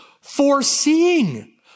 foreseeing